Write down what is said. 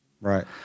Right